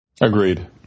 agreed